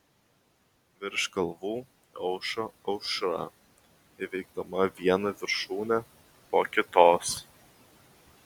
virš kalvų aušo aušra įveikdama vieną viršūnę po kitos